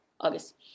August